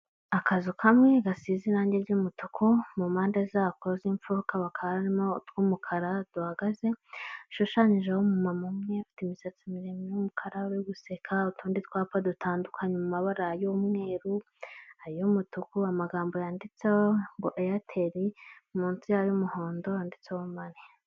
Akazu kamwe gasize irange ry'umutuku mu mpande zako z'imfuruka hakaba harimo utw'umukara duhagaze hashushanyijeho umumama umwe ufite imisatsi miremire y'umukara uri guseka utundi twapa dutandukanye mu mabara y'umweru, ay'umutuku, amagambo yanditseho ngo eyateli mu nsi yay'umuhondo handitseho mani.